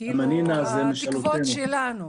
התקוות שלנו.